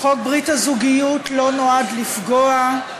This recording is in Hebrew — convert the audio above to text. חוק ברית הזוגיות לא נועד לפגוע.